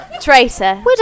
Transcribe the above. Tracer